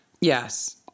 Yes